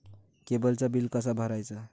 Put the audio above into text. केबलचा बिल कसा भरायचा?